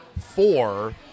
four